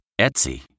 Etsy